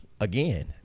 again